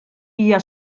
hija